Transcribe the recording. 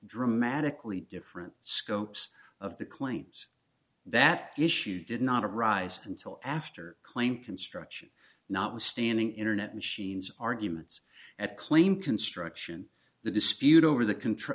dramatically different scopes of the claims that the issue did not arise until after claim construction notwithstanding internet machines arguments at claim construction the dispute over the contr